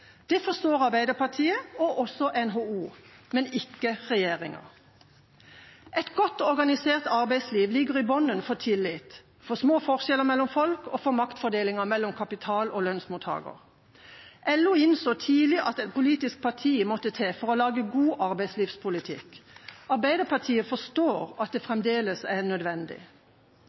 Det forstår Arbeiderpartiet og NHO, men ikke regjeringa. Et godt organisert arbeidsliv ligger i bunnen for tillit, for små forskjeller mellom folk og for maktfordelingen mellom kapital og lønnsmottaker. LO innså tidlig at et politisk parti måtte til for å lage god arbeidslivspolitikk. Arbeiderpartiet forstår at det fremdeles er nødvendig.